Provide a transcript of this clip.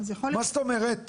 מה זאת אומרת?